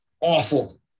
awful